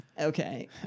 Okay